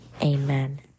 amen